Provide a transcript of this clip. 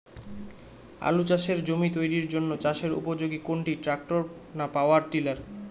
আলু চাষের জমি তৈরির জন্য চাষের উপযোগী কোনটি ট্রাক্টর না পাওয়ার টিলার?